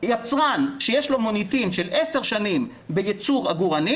שיצרן שיש לו מוניטין של 10 שנים בייצור עגורנים